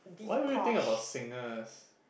why would you think about singers